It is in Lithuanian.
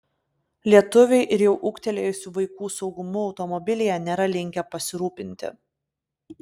lietuviai ir jau ūgtelėjusių vaikų saugumu automobilyje nėra linkę pasirūpinti